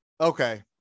Okay